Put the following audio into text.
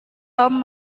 tom